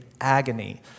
agony